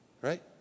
right